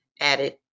added